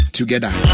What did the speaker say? together